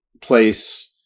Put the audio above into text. place